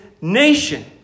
nation